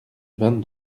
vingt